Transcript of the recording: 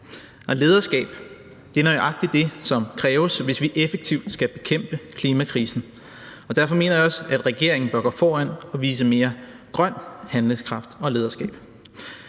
lederskab er nøjagtig det, som kræves, hvis vi effektivt skal bekæmpe klimakrisen, og derfor mener jeg også, at regeringen bør gå foran og vise mere grøn handlekraft og lederskab.